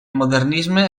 modernisme